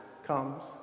Comes